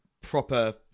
proper